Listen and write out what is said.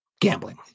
Gambling